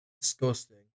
disgusting